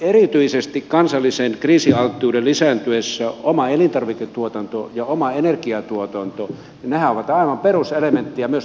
erityisesti kansallisen kriisialttiuden lisääntyessä oma elintarviketuotanto ja oma energiatuotanto ovat aivan peruselementtejä myös turvallisuuspolitiikassa